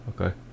okay